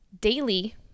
daily